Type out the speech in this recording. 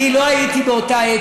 אני לא הייתי באותה עת,